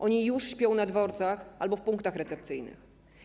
Oni już śpią na dworcach albo w punktach recepcyjnych.